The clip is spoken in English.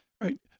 Right